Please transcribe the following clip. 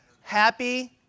Happy